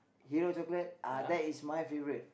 hero chocolate uh that is my favourite